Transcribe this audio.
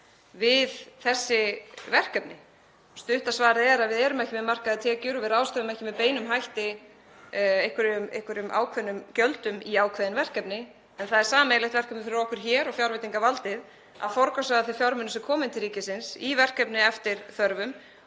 við þessi verkefni. Stutta svarið er að við erum ekki með markaðar tekjur og við ráðstöfum ekki með beinum hætti ákveðnum gjöldum í ákveðin verkefni. En það er sameiginlegt verkefni fyrir okkur hér og fjárveitingavaldið að forgangsraða þeim fjármunum sem koma inn til ríkisins í verkefni eftir þörfum